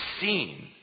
seen